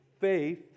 faith